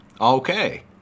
Okay